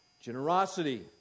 Generosity